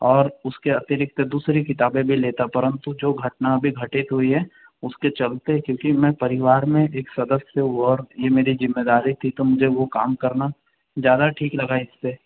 और उसके अतिरिक्त दूसरी किताबे भी लेता परंतु जो घटना अभी घटित हुई है उसके चलते क्योंकि मैं परिवार में एक सदस्य हूँ और ये मेरी ज़िम्मेदारी थी और मुझे वो काम करना ज्यादा ठीक लगा इससे